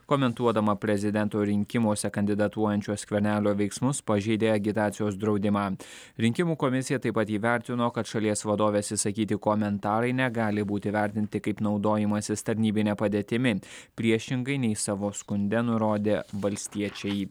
komentuodama prezidento rinkimuose kandidatuojančio skvernelio veiksmus pažeidė agitacijos draudimą rinkimų komisija taip pat įvertino kad šalies vadovės išsakyti komentarai negali būti vertinti kaip naudojimasis tarnybine padėtimi priešingai nei savo skunde nurodė valstiečiai